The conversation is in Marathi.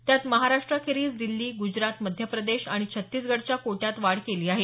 त्यात महाराष्ट्राखेरीज दिल्ली गुजरात मध्यप्रदेश आणि छत्तीसगडच्या कोट्यात वाढ केली आहे